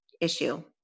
issue